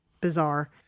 bizarre